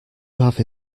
have